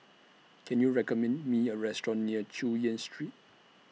Can YOU recommend Me A Restaurant near Chu Yen Street